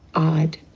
odd.